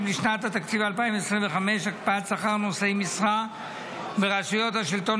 לשנת התקציב 2025) (הקפאת שכר נושאי משרה ברשויות השלטון